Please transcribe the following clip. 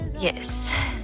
Yes